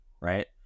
right